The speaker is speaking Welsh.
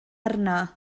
arno